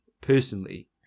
personally